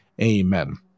Amen